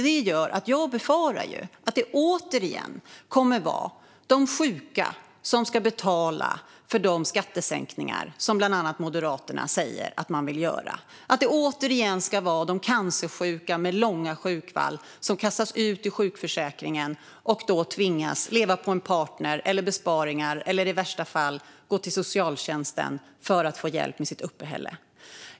Det gör att jag befarar att det återigen kommer att vara de sjuka som ska betala för de skattesänkningar som bland annat Moderaterna säger att man vill göra, att det återigen ska vara de cancersjuka med långa sjukfall som kastas ut ur sjukförsäkringen och då tvingas leva på en partner eller på besparingar eller i värsta fall gå till socialtjänsten för att få hjälp med sitt uppehälle.